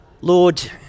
Lord